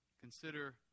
Consider